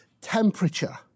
temperature